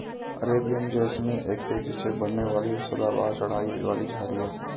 Arabian jasmine एक तेजी से बढ़ने वाली सदाबहार चढ़ाई वाली झाड़ी है